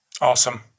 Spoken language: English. Awesome